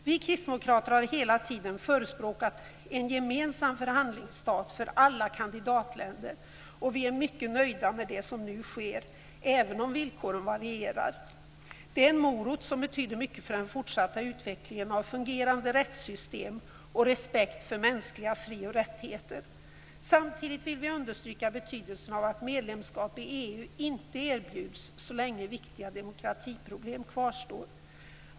Vi kristdemokrater har hela tiden förespråkat en gemensam förhandlingsstart för alla kandidatländer och är mycket nöjda med det som nu sker, även om villkoren varierar. Det är en morot som betyder mycket för den fortsatta utvecklingen av fungerande rättssystem och respekt för mänskliga fri och rättigheter. Samtidigt vill vi understryka betydelsen av att medlemskap i EU inte erbjuds så länge viktiga demokratiproblem kvarstår.